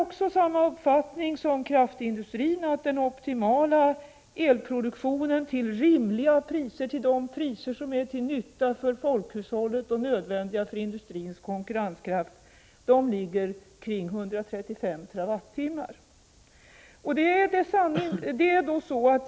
Jag har samma uppfattning som kraftindustrin: att den optimala elproduktionen till rimliga priser, till de priser som är till nytta för folkhushållet och nödvändiga för industrins konkurrenskraft, ligger kring 135 TWh per år.